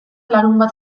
larunbat